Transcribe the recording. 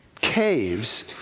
caves